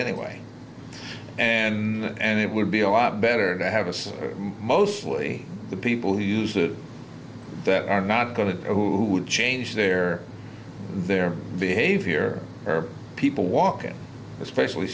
anyway and it would be a lot better to have a city mostly the people who use it that are not going to who would change their their behavior or people walking especially